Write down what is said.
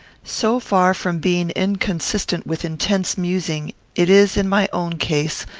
so far from being inconsistent with intense musing, it is, in my own case,